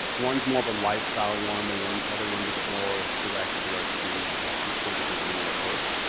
one's more of a lifestyle one, the one other ones a bit more direct in regards to use cases, maybe when you're at work.